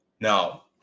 Now